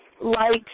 light